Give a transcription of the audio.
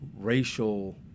racial